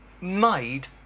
made